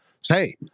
say